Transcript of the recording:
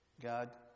God